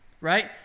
Right